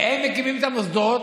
הם מקימים את המוסדות.